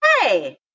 hey